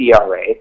ERA